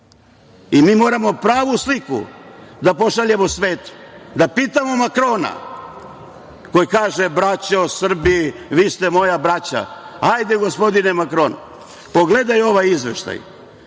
Mi moramo pravu sliku da pošaljemo svetu, da pitamo Makrona, koji kaže – braćo Srbi, vi ste moja braća, hajde gospodine Makron, pogledaj ovaj izveštaj,